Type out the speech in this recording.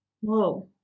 Whoa